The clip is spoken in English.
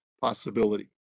Possibility